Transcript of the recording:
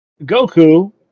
Goku